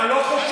אתה לא חושב,